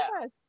Yes